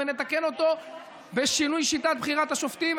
נתקן אותו בשינוי שיטת בחירת השופטים,